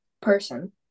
person